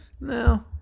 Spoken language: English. No